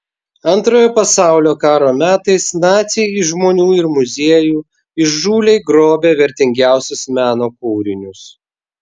antrojo pasaulio karo metais naciai iš žmonių ir muziejų įžūliai grobė vertingiausius meno kūrinius